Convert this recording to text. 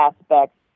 aspects